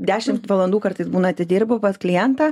dešimt valandų kartais būna atidirbu pas klientą